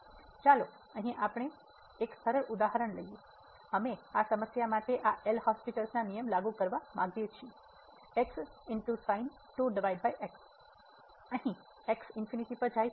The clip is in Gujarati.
તેથી ચાલો આપણે અહીં એક સરળ ઉદાહરણ લઈએ અમે આ સમસ્યા માટે આ એલ હોસ્પીટલL'hospital's નિયમ લાગુ કરવા માંગીએ છીએ અને x ∞ પર જાય છે